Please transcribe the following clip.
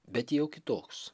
bet jau kitoks